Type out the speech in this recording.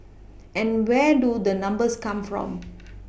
and where do the numbers come from